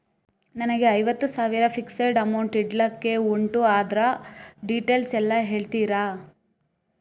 ನನಗೆ ಐವತ್ತು ಸಾವಿರ ಫಿಕ್ಸೆಡ್ ಅಮೌಂಟ್ ಇಡ್ಲಿಕ್ಕೆ ಉಂಟು ಅದ್ರ ಡೀಟೇಲ್ಸ್ ಎಲ್ಲಾ ಹೇಳ್ತೀರಾ?